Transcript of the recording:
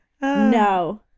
no